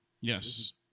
Yes